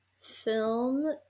film